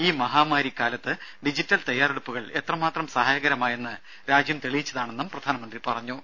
ഈ മഹാമാരി കാലത്ത് ഡിജിറ്റൽ തയ്യാറെടുപ്പുകൾ എത്രമാത്രം സഹായകരമായെന്ന് രാജ്യം തെളിയിച്ചതാണെന്ന് പ്രധാനമന്ത്രി പറഞ്ഞു